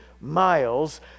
miles